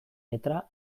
letra